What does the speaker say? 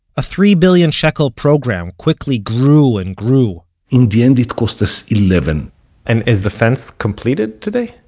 a three billion shekel program quickly grew and grew in the end it cost us eleven and is the fence completed today?